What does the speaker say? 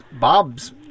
bob's